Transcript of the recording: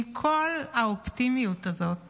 עם כל האופטימיות הזאת